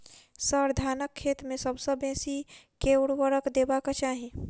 sir, धानक खेत मे सबसँ बेसी केँ ऊर्वरक देबाक चाहि